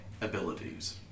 abilities